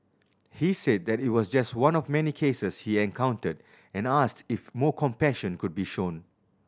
he said that it was just one of many cases he encountered and asked if more compassion could be shown